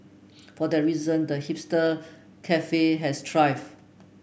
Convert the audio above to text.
for that reason the hipster cafe has thrived